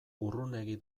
urrunegi